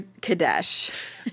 Kadesh